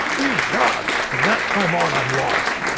ye gods! from that time on i'm lost.